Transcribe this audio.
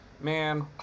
man